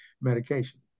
medication